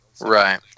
Right